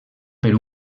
per